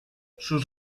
sus